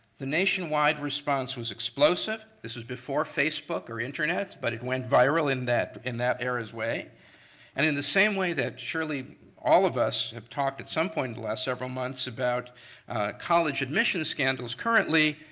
the nationwide response was explosive. this was before facebook or internets, but it went viral in that in that era's way. and in the same way that surely all of us have talked at some point the last several months about college admission scandals currently,